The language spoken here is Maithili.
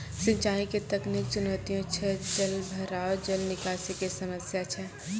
सिंचाई के तकनीकी चुनौतियां छै जलभराव, जल निकासी के समस्या छै